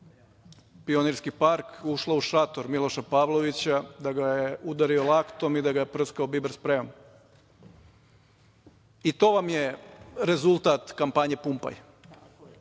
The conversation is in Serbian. Pionirski park, ušla u šator Miloša Pavlovića da ga je udario laktom i da ga je prskao biber sprejom. I, to vam je rezultat kampanje –